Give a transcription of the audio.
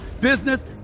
business